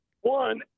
one